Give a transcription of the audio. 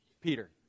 Peter